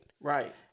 right